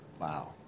Wow